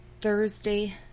Thursday